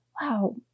wow